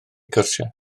cyrsiau